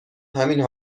همین